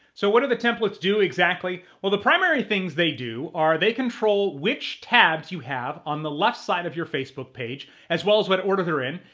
so what do the templates do, exactly? well, the primary things they do are they control which tabs you have on the left side of your facebook page, as well as what order they're in,